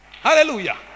Hallelujah